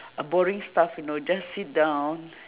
a boring stuff you know just sit down